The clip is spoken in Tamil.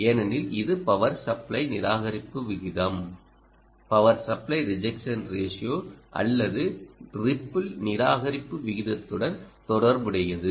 ஏனெனில் இது பவர் சப்ளை நிராகரிப்பு விகிதம் அல்லது ரிப்பிள் நிராகரிப்பு விகிதத்துடன் தொடர்புடையுது